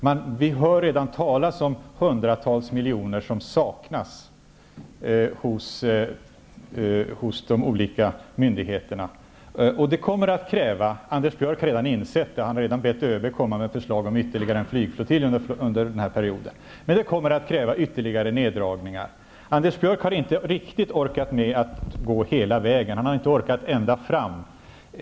Man hör redan talas om att hundratals miljoner saknas hos de olika myndigheterna, och det kommer att kräva ytterligare neddragningar -- Anders Björck har insett det och har bett ÖB att komma med förslag om ytterligare en flygflottilj under den här perioden. Anders Björck har inte orkat gå hela vägen, inte orkat ända fram.